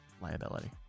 liability